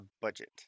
Budget